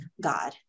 God